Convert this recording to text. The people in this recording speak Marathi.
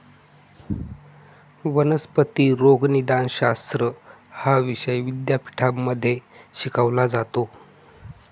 वनस्पती रोगनिदानशास्त्र हा विषय विद्यापीठांमध्ये शिकवला जातो